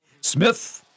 Smith